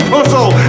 Puzzle